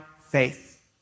faith